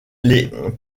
les